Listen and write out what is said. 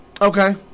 Okay